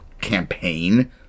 campaign